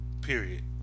period